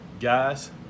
Guys